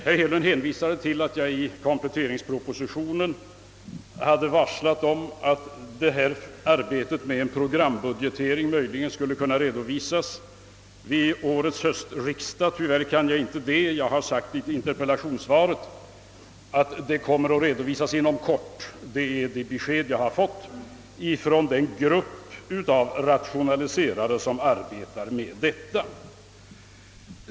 Herr Hedlund hänvisade till att jag i kompletteringspropositionen hade varslat om att arbetet med en programbudgetering möjligen skulle kunna redovisas vid årets höstriksdag, men tyvärr kan jag inte det. Jag har i interpellationssvaret sagt att det kommer att redovisas inom kort. Det är det besked jag fått av den grupp rationaliserare som arbetar med den saken.